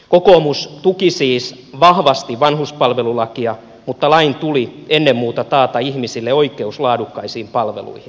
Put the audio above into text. kokoomus tuki siis vahvasti vanhuspalvelulakia mutta lain tuli ennen muuta taata ihmisille oikeus laadukkaisiin palveluihin